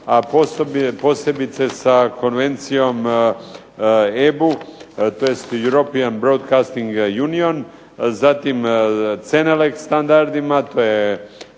a posebice sa Konvencijom EBU tj. European Broadcasting Union. Zatim, cenelec standardima, to je